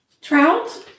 Trout